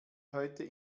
heute